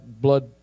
blood